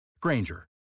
Granger